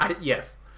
Yes